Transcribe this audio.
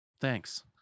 Thanks